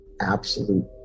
absolute